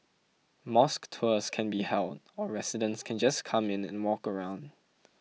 mosque tours can be held or residents can just come in and walk around